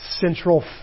central